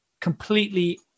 completely